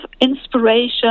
inspiration